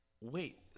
wait